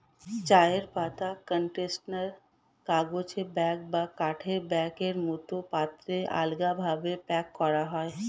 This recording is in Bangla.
চায়ের পাতা ক্যানিস্টার, কাগজের ব্যাগ বা কাঠের বাক্সের মতো পাত্রে আলগাভাবে প্যাক করা হয়